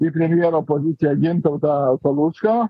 į premjero poziciją gintautą palucką